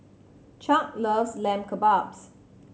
Chuck loves Lamb Kebabs